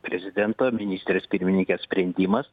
prezidento ministrės pirmininkės sprendimas